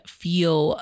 feel